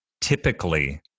Typically